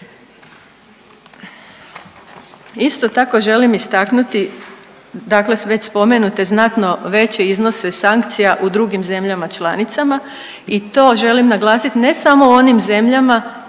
Isto tako, želim istaknuti, dakle s već spomenute znatno veće iznose sankcija u drugim zemljama članicama i to želim naglasiti ne samo onim zemljama